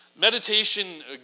Meditation